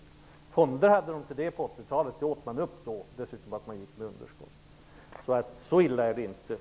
Under 80-talet hade man fonder till det. På grund av underskott åts dessa medel upp. Så illa är det inte nu.